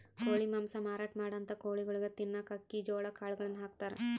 ಕೋಳಿ ಮಾಂಸ ಮಾರಾಟ್ ಮಾಡಂಥ ಕೋಳಿಗೊಳಿಗ್ ತಿನ್ನಕ್ಕ್ ಅಕ್ಕಿ ಜೋಳಾ ಕಾಳುಗಳನ್ನ ಹಾಕ್ತಾರ್